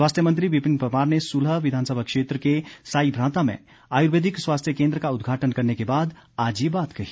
स्वास्थ्य मंत्री विपिन परमार ने सुलह विधानसभा क्षेत्र के साई भ्रांता में आयुर्वेदिक स्वास्थ्य केंद्र का उद्घाटन करने के बाद आज ये बात कही